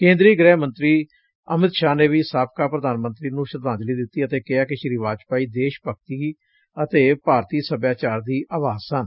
ਕੇਂਦਰੀ ਗ੍ਰਹਿ ਮੰਤਰੀ ਅਮਿਤ ਸ਼ਾਹ ਨੇ ਵੀ ਸਾਬਕਾ ਪ੍ਰਧਾਨ ਮੰਤਰੀ ਨੂੰ ਸ਼ਰਧਾਂਜਲੀ ਦਿੱਤੀ ਤੇ ਕਿਹਾ ਕਿ ਸ਼੍ਰੀ ਵਾਜਪੇਈ ਦੇਸ਼ ਭਗਤੀ ਤੇ ਭਾਰਤੀ ਸੱਭਿਅਚਾਰ ਦੀ ਅਵਾਜ਼ ਸਨ